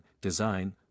design